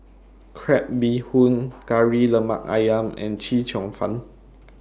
Crab Bee Hoon Kari Lemak Ayam and Chee Cheong Fun